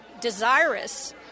desirous